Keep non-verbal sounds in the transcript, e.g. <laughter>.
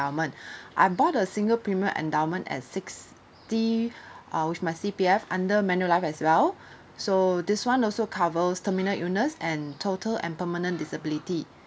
endowment <breath> I bought a single premium endowment at sixty <breath> uh with my C_P_F under manulife as well <breath> so this one also covers terminal illness and total and permanent disability